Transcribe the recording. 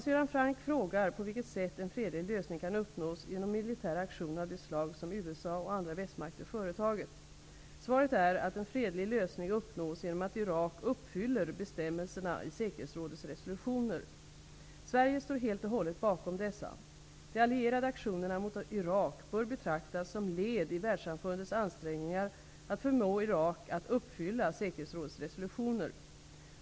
Hans Göran Franck frågar på vilket sätt en fredlig lösning kan uppnås genom militära aktioner av det slag som USA och andra västmakter företagit. Svaret är att en fredlig lösning uppnås genom att Irak uppfyller bestämmelserna i säkerhetsrådets resolutioner. Sverige står helt och hållet bakom dessa. De allierade aktionerna mot Irak bör betraktas som led i världssamfundets ansträngningar att förmå Irak att uppfylla säkerhetsrådets resolutioner.